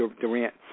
Durant